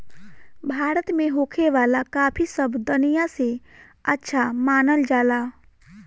भारत में होखे वाला काफी सब दनिया से अच्छा मानल जाला